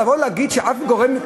לבוא ולהגיד שאף גורם,